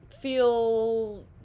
feel